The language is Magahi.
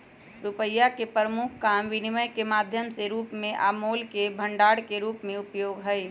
रुपइया के प्रमुख काम विनिमय के माध्यम के रूप में आ मोल के भंडार के रूप में उपयोग हइ